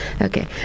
Okay